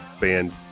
band